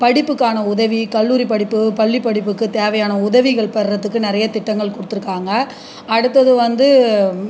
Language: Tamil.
படிப்புக்கான உதவி கல்லூரி படிப்பு பள்ளி படிப்புக்கு தேவையான உதவிகள் பெறத்துக்கு நிறைய திட்டங்கள் கொடுத்துருக்காங்க அடுத்தது வந்து